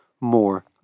more